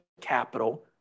capital